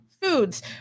foods